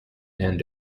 end